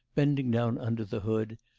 bending down under the hood,